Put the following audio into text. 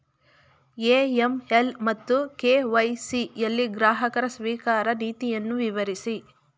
AML ಮತ್ತು KYC ಯಲ್ಲಿ ಗ್ರಾಹಕ ಸ್ವೀಕಾರ ನೀತಿಯನ್ನು ವಿವರಿಸಿ?